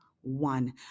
one